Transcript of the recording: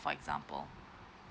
for example